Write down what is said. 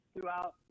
throughout